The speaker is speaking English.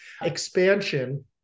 expansion